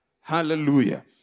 Hallelujah